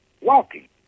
walking